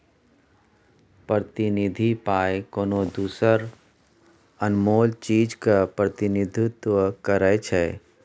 प्रतिनिधि पाइ कोनो दोसर अनमोल चीजक प्रतिनिधित्व करै छै